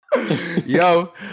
Yo